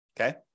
Okay